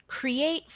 create